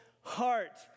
heart